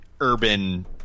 urban